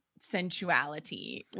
sensuality